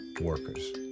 workers